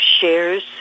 shares